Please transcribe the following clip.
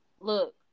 Look